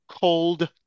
cold